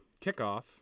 kickoff